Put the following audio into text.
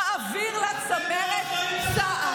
שמעבירה לה צמרת צה"ל.